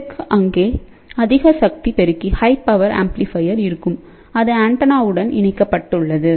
அதற்கு இங்கே அதிக சக்தி பெருக்கி இருக்கும் அது ஆண்டெனாவுடன் இணைக்கப்பட்டுள்ளது